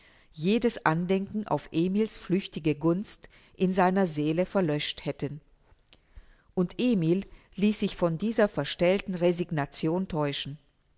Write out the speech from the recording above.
jedes andenken auf emil's flüchtige gunst in seiner seele verlöscht hätten und emil ließ sich von dieser verstellten resignation täuschen